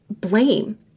blame